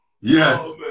Yes